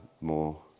more